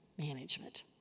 management